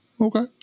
okay